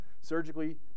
surgically